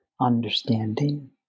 understanding